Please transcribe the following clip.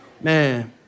Man